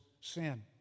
sin